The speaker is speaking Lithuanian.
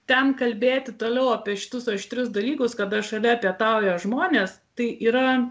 ten kalbėti toliau apie šitus aštrius dalykus kada šalia pietauja žmonės tai yra